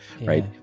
right